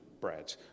bread